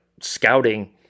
scouting